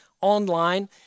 online